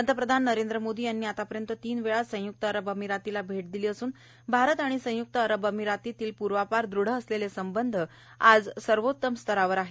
पंतप्रधान नरेंद्र मोदी यांनी तीन वेळा संयुक्त अरब अमिरातीला भेट दिली असून भारत आणि संय्क्त अरब अमिरातीमधील पूर्वापार दृढ असलेले संबंध आज सर्वोतम स्तरावर आहेत